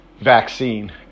vaccine